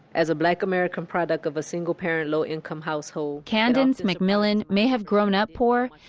as a black american product of a single-parent, low-income household, candince mcmillian may have grown up poor,